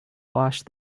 wash